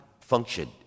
function